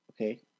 Okay